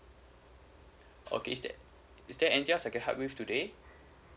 okay is there anything else I can help you with today